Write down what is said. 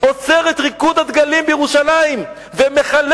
אוסר את "ריקוד דגלים" בירושלים ומחלק